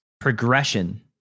progression